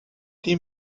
die